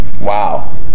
wow